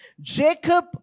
Jacob